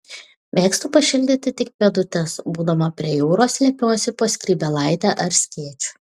mėgstu pašildyti tik pėdutes būdama prie jūros slepiuosi po skrybėlaite ar skėčiu